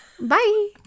Bye